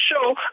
show